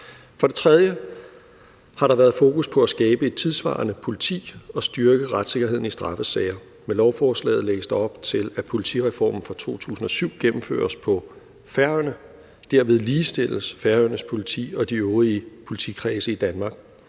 For det tredje har der været fokus på at skabe et tidssvarende politi og styrke retssikkerheden i straffesager. Med lovforslaget lægges der op til, at politireformen fra 2007 gennemføres på Færøerne, og derved ligestilles Færøernes Politi og de øvrige politikredse i Danmark.